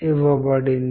ధన్యవాదాలు